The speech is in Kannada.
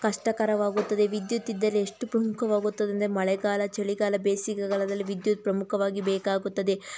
ಕಷ್ಟಕರವಾಗುತ್ತದೆ ವಿದ್ಯುತ್ ಇದ್ದರೆ ಎಷ್ಟು ಪ್ರಮುಖವಾಗುತ್ತದೆ ಎಂದರೆ ಮಳೆಗಾಲ ಚಳಿಗಾಲ ಬೇಸಿಗೆಗಾಲದಲ್ಲಿ ವಿದ್ಯುತ್ ಪ್ರಮುಖವಾಗಿ ಬೇಕಾಗುತ್ತದೆ